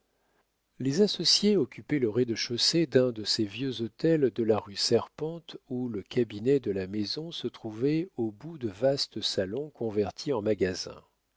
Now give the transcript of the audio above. les associés occupaient le rez-de-chaussée d'un de ces vieux hôtels de la rue serpente où le cabinet de la maison se trouvait au bout de vastes salons convertis en magasins